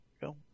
Go